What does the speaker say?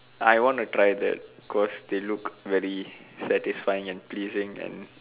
I want try that cause they look very satisfying and pleasing and